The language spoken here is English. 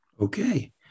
Okay